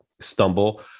stumble